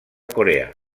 corea